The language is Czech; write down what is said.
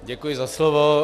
Děkuji za slovo.